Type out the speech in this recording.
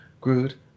Groot